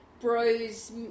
bros